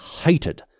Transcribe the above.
hated